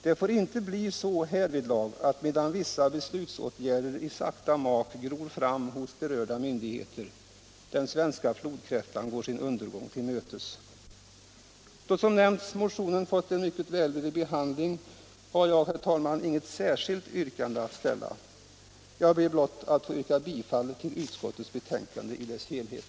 Det får inte bli så härvidlag, att medan vissa beslutsåtgärder i sakta mak gror fram hos berörda myndigheter, går den svenska flodkräftan sin undergång till mötes. Då, som nämnts, motionen fått en mycket välvillig behandling, har jag, herr talman, inget särskilt yrkande. Jag ber blott att få yrka bifall till utskottets hemställan i dess helhet.